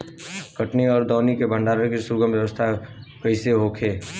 कटनी और दौनी और भंडारण के सुगम व्यवस्था कईसे होखे?